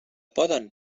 poden